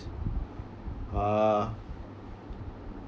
uh